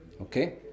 Okay